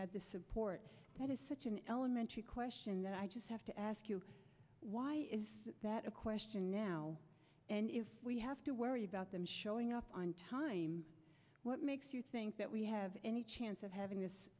had the support that is such an elementary question that i just have to ask you why is that a question now and if we have to worry about them showing up on time what makes you think that we have any chance of having this